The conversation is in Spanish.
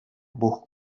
buscó